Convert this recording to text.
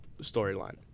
storyline